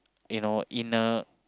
you know inner